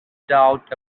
doubt